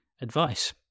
advice